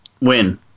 win